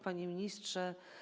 Panie Ministrze!